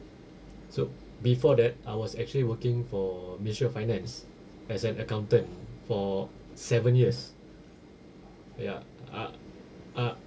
so before that I was actually working for ministry of finance as an accountant for seven years ya uh uh